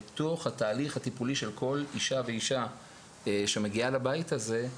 בתוך התהליך הטיפולי של כל אישה ואישה שמגיעה לבית הזה,